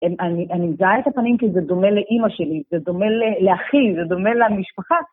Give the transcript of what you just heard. אני, אני מזהה את הפנים כי זה דומה לאמא שלי, זה דומה לאחי, זה דומה למשפחה.